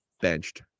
Benched